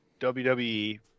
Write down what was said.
WWE